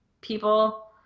people